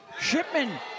Shipman